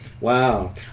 Wow